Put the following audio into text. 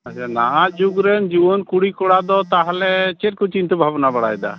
ᱟᱪᱪᱷᱟ ᱱᱟᱦᱟᱜ ᱡᱩᱜᱽ ᱨᱮᱱ ᱡᱩᱣᱟᱹᱱ ᱠᱩᱲᱤ ᱠᱚᱲᱟ ᱫᱚ ᱛᱟᱦᱚᱞᱮ ᱪᱮᱫ ᱠᱚ ᱪᱤᱱᱛᱟᱹ ᱵᱷᱟᱵᱽᱱᱟ ᱵᱟᱲᱟᱭᱮᱫᱟ